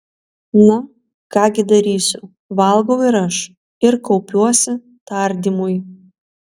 na ką gi darysiu valgau ir aš ir kaupiuosi tardymui